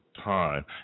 time